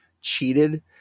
cheated